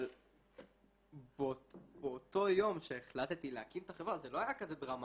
אבל באותו יום שהחלטתי להקים את החברה זה לא היה כזה דרמטי.